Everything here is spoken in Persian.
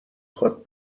خواد